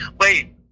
Wait